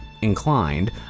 inclined